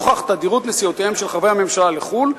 נוכח תדירות נסיעותיהם של חברי הממשלה לחו"ל,